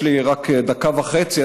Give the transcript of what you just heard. יש לי רק דקה וחצי,